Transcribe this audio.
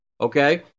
Okay